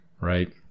right